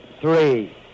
three